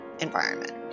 environment